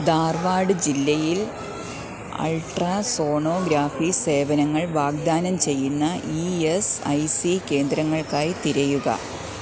ധാർവാഡ് ജില്ലയിൽ അൾട്രാസോണോഗ്രാഫി സേവനങ്ങൾ വാഗ്ദാനം ചെയ്യുന്ന ഇ എസ് ഐ സി കേന്ദ്രങ്ങൾക്കായി തിരയുക